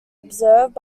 observed